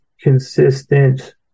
consistent